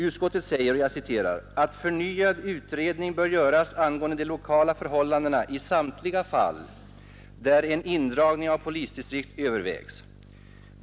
Utskottet säger ”att förnyad utredning bör göras angående de lokala förhållandena i samtliga fall där en indragning av polisdistrikt överväges.